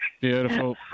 Beautiful